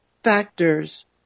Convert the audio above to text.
factors